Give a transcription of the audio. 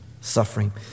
suffering